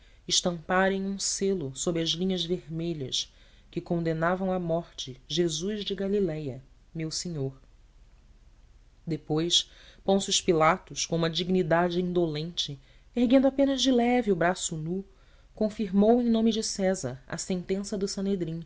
estamparem um selo sob as linhas vermelhas que condenavam à morte jesus de galiléia meu senhor depois pôncio pilatos com uma dignidade indolente erguendo apenas de leve o braço nu confirmou em nome de césar a sentença do